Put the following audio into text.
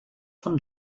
von